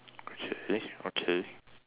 okay okay